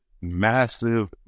massive